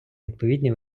відповідні